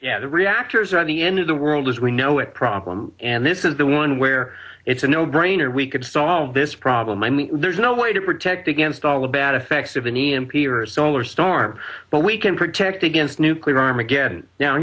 yeah the reactors are on the end of the world as we know it problem and this is the one where it's a no brainer we could solve this problem i mean there's no way to protect against all the bad effects of an e m p or solar storm but we can protect against nuclear armageddon now